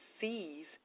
sees